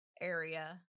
area